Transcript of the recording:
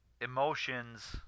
emotions